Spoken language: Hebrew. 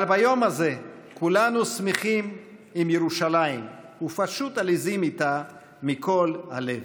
אבל ביום הזה כולנו שמחים עם ירושלים ופשוט עליזים איתה מכל הלב.